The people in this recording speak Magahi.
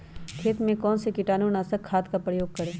खेत में कौन से कीटाणु नाशक खाद का प्रयोग करें?